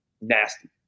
nasty